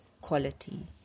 quality